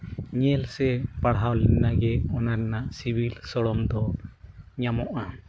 ᱧᱮᱞ ᱥᱮ ᱯᱟᱲᱦᱟᱣ ᱞᱮᱱᱟᱜᱮ ᱚᱱᱟ ᱨᱮᱱᱟᱜ ᱥᱤᱵᱤᱞ ᱥᱚᱲᱚᱢ ᱫᱚ ᱧᱟᱢᱚᱜᱼᱟ